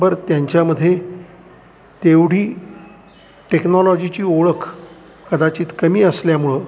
बरं त्यांच्यामध्ये तेवढी टेक्नॉलॉजीची ओळख कदाचित कमी असल्यामुळं